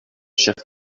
chers